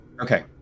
Okay